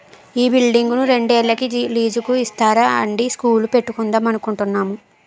ఈ బిల్డింగును రెండేళ్ళకి లీజుకు ఇస్తారా అండీ స్కూలు పెట్టుకుందాం అనుకుంటున్నాము